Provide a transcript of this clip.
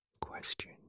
Question